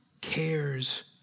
cares